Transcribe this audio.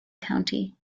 county